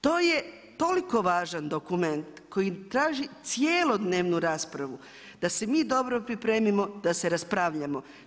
To je toliko važan dokument, koji traži cjelodnevnu raspravu, da se mi dobro pripremimo, da se raspravljamo.